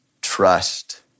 trust